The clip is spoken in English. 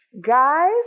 guys